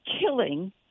killing